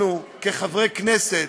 אנחנו כחברי כנסת,